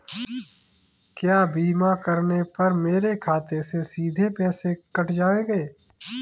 क्या बीमा करने पर मेरे खाते से सीधे पैसे कट जाएंगे?